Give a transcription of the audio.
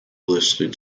listed